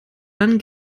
dann